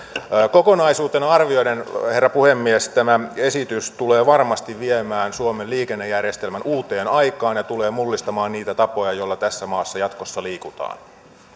kokonaisuutena arvioiden herra puhemies tämä esitys tulee varmasti viemään suomen liikennejärjestelmän uuteen aikaan ja mullistamaan niitä tapoja joilla tässä maassa jatkossa liikutaan